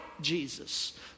Jesus